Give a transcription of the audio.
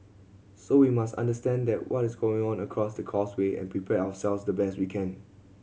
so we must understand that what is going on across the causeway and prepare ourselves the best we can